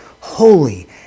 holy